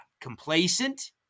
complacent